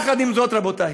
עם זאת, רבותי,